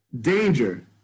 danger